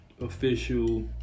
official